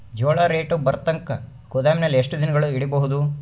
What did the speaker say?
ಜೋಳ ರೇಟು ಬರತಂಕ ಗೋದಾಮಿನಲ್ಲಿ ಎಷ್ಟು ದಿನಗಳು ಯಿಡಬಹುದು?